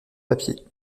papier